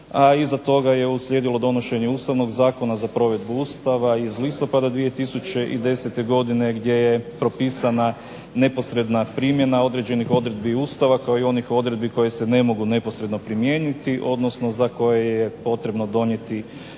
A iza toga je uslijedilo donošenje Ustavnog zakona za provedbu Ustava iz listopada 2010. godine gdje je propisana neposredna primjena određenih odredbi ustava kao i onih odredbi koje se ne mogu neposredno primijeniti odnosno za koje je potrebno donijeti Ustavni